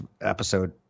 episode